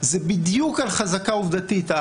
זה בדיוק החזקה העובדתית.